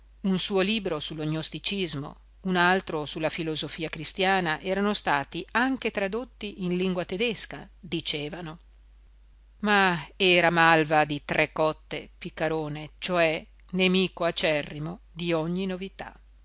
un suo libro su lo gnosticismo un altro su la filosofia cristiana erano stati anche tradotti in lingua tedesca dicevano ma era malva di tre cotte piccarone cioè nemico acerrimo di ogni novità